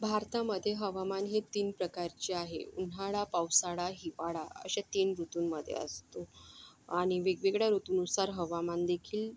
भारतामध्ये हवामान हे तीन प्रकारचे आहे उन्हाळा पावसाळा हिवाळा असे तीन ऋतूमध्ये असतो आणि वेगवेगळ्या ऋतूनुसार हवामान देखील